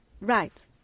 right